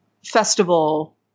festival